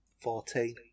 Fourteen